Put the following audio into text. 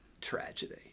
tragedy